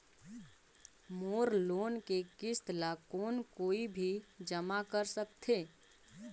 मोर loan के किस्त ल कौन कोई भी जमा कर सकथे?